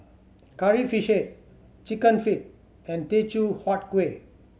Curry Fish Head Chicken Feet and Teochew Huat Kueh